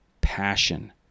passion